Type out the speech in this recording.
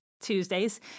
Tuesdays